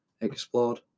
explored